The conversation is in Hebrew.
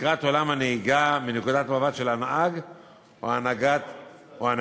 לקראת עולם הנהיגה מנקודת עולם של הנהג או הנהגת